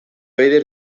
eider